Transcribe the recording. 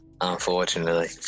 unfortunately